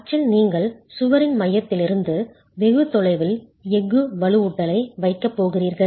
அச்சில் நீங்கள் சுவரின் மையத்திலிருந்து வெகு தொலைவில் எஃகு வலுவூட்டலை வைக்கப் போகிறீர்கள்